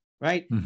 right